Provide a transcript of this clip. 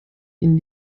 ihn